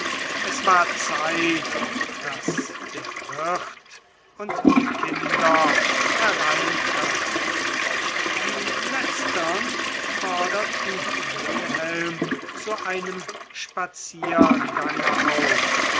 es war zeit daß der wirt und die kinder hereintraten die letztern forderten wilhelm zu einem spaziergange auf